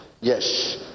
Yes